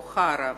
מבוכרה,